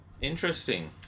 Interesting